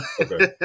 okay